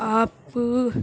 آپ